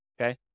okay